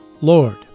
Lord